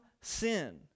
sin